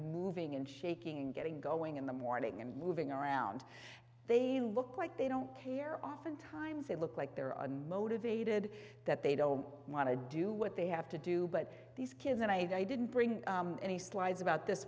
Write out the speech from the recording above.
moving and shaking and getting going in the morning and moving around they look like they don't care oftentimes they look like they're a motivated that they don't want to do what they have to do but these kids and i didn't bring any slides about this